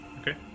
Okay